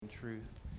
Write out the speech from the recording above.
truth